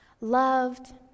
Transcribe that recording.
Loved